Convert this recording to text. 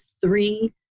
three